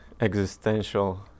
existential